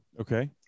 Okay